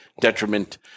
detriment